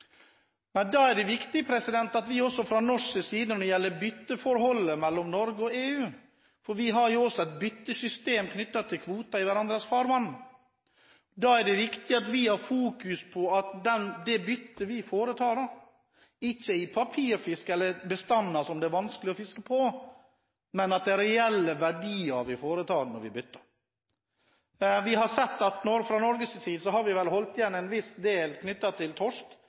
viktig at vi i bytteforholdet mellom Norge og EU – for vi har jo et byttesystem knyttet til kvoter i hverandres farvann – fra norsk side har fokus på at det byttet vi foretar, ikke er i papirfisker eller i bestander som det er vanskelig å fiske på, men at det er reelle verdier vi bytter. Vi har sett at fra Norges side har vi holdt igjen en viss del knyttet til torsk